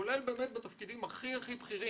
כולל בתפקידים הכי הכי בכירים,